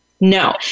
No